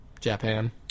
Japan